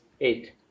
eight